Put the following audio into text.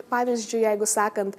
pavyzdžiui jeigu sakant